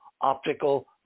optical